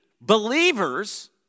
believers